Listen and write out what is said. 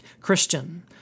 Christian